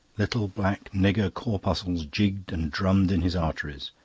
little black nigger corpuscles jigged and drummed in his arteries.